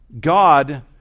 God